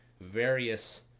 various